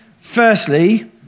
Firstly